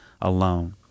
alone